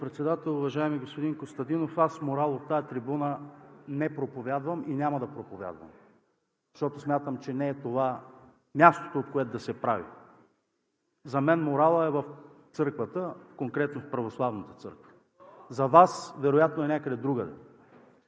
Председател! Уважаеми господин Костадинов, морал от тази трибуна не проповядвам и няма да проповядвам, защото смятам, че това не е мястото, където да се прави. За мен моралът е в църквата, конкретно в Православната църква. За Вас – вероятно е някъде другаде.